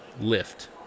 Lift